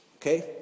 Okay